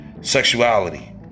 sexuality